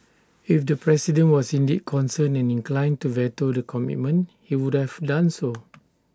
if the president was indeed concerned and inclined to veto the commitment he would have done so